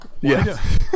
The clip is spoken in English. Yes